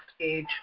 age